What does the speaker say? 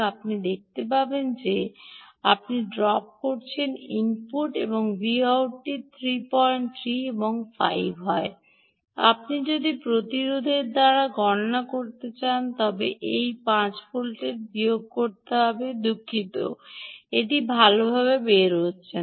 আপনি দেখতে পাবেন যে আপনি ড্রপ হচ্ছেন ইনপুট Voutটি ৩৩ হয় 5 সুতরাং আপনি যদি প্রতিরোধের আর গণনা করতে চান তবে এটি 5 ভোল্টের বিয়োগ হবে দুঃখিত এটি ভালভাবে বের হচ্ছে না